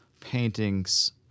paintings